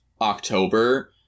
October